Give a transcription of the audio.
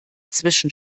zwischen